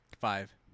Five